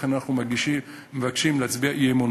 לכן אנחנו מבקשים להצביע אי-אמון